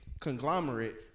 Conglomerate